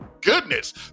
goodness